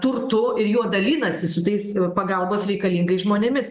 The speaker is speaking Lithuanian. turtu ir juo dalinasi su tais pagalbos reikalingais žmonėmis